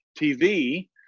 TV